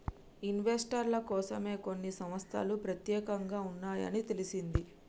ఇన్వెస్టర్ల కోసమే కొన్ని సంస్తలు పెత్యేకంగా ఉన్నాయని తెలిసింది